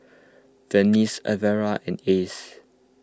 Venice Elvira and Ace